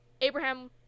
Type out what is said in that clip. Abraham